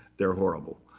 they're horrible.